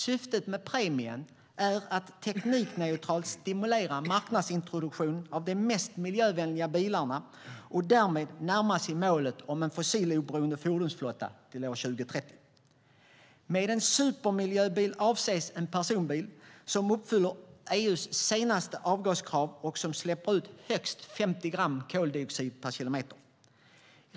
Syftet med premien är att teknikneutralt stimulera marknadsintroduktion av de mest miljövänliga bilarna och därmed närma sig målet om en fossiloberoende fordonsflotta till år 2030. Med en supermiljöbil avses en personbil som uppfyller EU:s senaste avgaskrav och som släpper ut högst 50 gram koldioxid per kilometer.